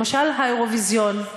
למשל האירוויזיון.